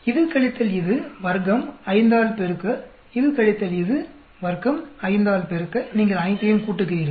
இது கழித்தல் இது வர்க்கம் 5 ஆல் பெருக்க இது கழித்தல் இது வர்க்கம் 5 ஆல் பெருக்க நீங்கள் அனைத்தையும் கூட்டுகிறீர்கள்